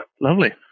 lovely